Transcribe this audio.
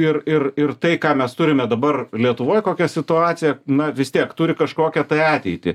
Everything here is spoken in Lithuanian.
ir ir ir tai ką mes turime dabar lietuvoj kokia situacija na vis tiek turi kažkokią tai ateitį